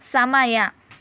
ಸಮಯ